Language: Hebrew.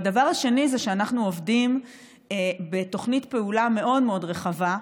הדבר השני הוא שאנחנו עובדים בתוכנית פעולה מאוד מאוד רחבה,